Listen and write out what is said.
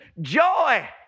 joy